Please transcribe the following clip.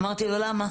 אמרתי לו למה?